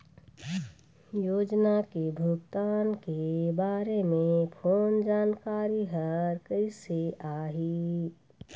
योजना के भुगतान के बारे मे फोन जानकारी हर कइसे आही?